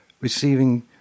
receiving